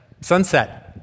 Sunset